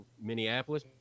Minneapolis